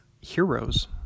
Heroes